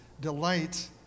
delight